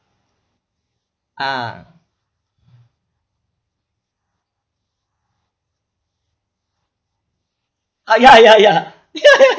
ah ah ya ya ya ya ya